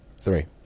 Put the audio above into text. three